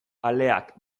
aleak